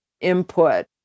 input